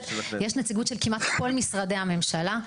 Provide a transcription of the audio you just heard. יש נציגות של כמעט כל משרדי הממשלה,